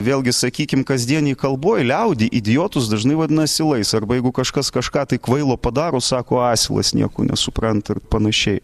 vėlgi sakykim kasdienėj kalboj liaudy idiotus dažnai vadina asilais arba jeigu kažkas kažką tai kvailo padaro sako asilas nieko nesupranta ir panašiai